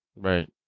Right